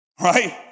right